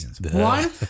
One